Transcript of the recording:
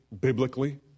biblically